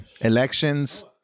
Elections